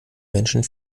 menschen